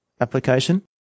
application